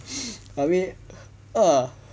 abeh ah